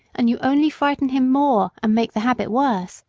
and you only frighten him more and make the habit worse